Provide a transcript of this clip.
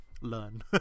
learn